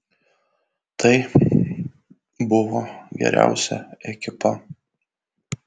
tai buvo geriausia ekipa